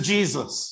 Jesus